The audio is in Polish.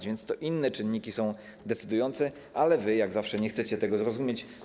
A więc to inne czynniki są decydujące, ale wy, jak zawsze, nie chcecie tego zrozumieć.